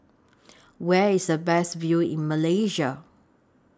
Where IS The Best View in Malaysia